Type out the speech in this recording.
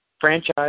franchise